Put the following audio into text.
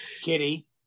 Kitty